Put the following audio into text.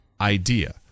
idea